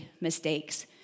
mistakes